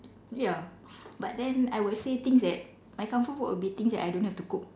ya but then I would say things that my comfort food would be things that I don't have to cook